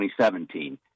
2017